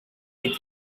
with